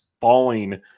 falling